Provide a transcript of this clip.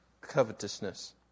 covetousness